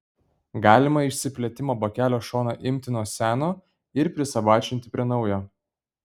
galima išsiplėtimo bakelio šoną imti nuo seno ir prisabačinti prie naujo